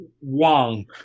Wong